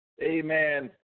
Amen